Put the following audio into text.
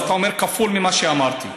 אז אתה אומר כפול ממה שאמרתי.